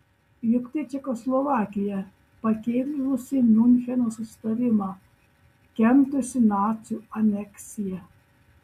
juk tai čekoslovakija pakėlusi miuncheno susitarimą kentusi nacių aneksiją